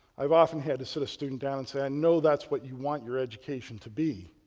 i've often had to sit a student down and say, i and know that's what you want your education to be,